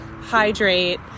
hydrate